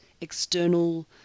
external